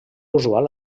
usual